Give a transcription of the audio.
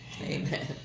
Amen